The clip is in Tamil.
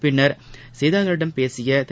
பின்னர் செய்தியாளர்களிடம் பேசிய திரு